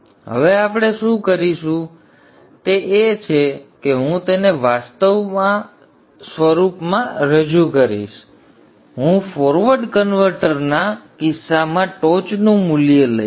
તેથી હવે આપણે શું કરીશું તે એ છે કે હું તેને આ સ્વરૂપમાં રજૂ કરીશ હું ફોરવર્ડ કન્વર્ટરના કિસ્સામાં ટોચનું મૂલ્ય લઈશ